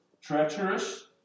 treacherous